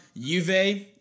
Juve